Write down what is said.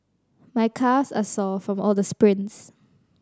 my calves are sore from all the sprints